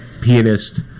pianist